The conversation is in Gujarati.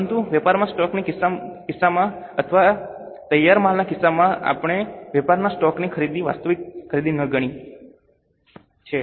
પરંતુ વેપારમાં સ્ટોકના કિસ્સામાં અથવા તૈયાર માલના કિસ્સામાં આપણે વેપારમાં સ્ટોકની ખરીદીને વાસ્તવિક ખરીદી ન ગણી છે